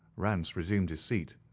rance resumed his seat,